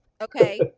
Okay